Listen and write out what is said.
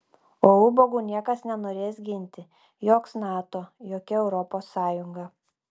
o ubagų niekas nenorės ginti joks nato jokia europos sąjunga